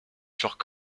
furent